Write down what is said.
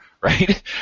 right